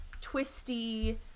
twisty